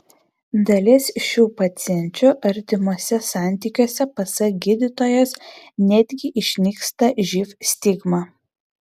dalies šių pacienčių artimuose santykiuose pasak gydytojos netgi išnyksta živ stigma